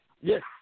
yes